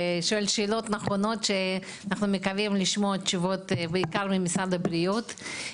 אתה שואל שאלות נכונות שאנחנו מקווים לשמוע תשובות בעיקר ממשרד הבריאות,